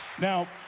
Now